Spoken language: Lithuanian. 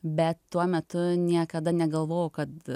bet tuo metu niekada negalvojau kad